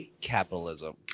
capitalism